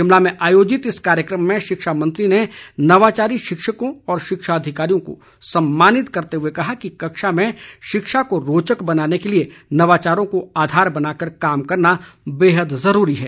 शिमला में आयोजित इस कार्यक्रम में शिक्षा मंत्री ने नवाचारी शिक्षकों और शिक्षा अधिकारियों को सम्मानित करते हुए कहा कि कक्षा में शिक्षा को रोचक बनाने के लिए नवाचारों को आधार बनाकर काम करना बेहद जरूरी है